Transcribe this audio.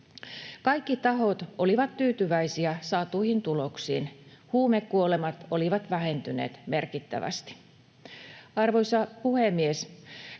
Kaikki tahot olivat tyytyväisiä saatuihin tuloksiin. Huumekuolemat olivat vähentyneet merkittävästi. Arvoisa puhemies!